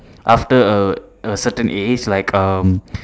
after a a certain age like um